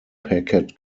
packet